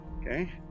Okay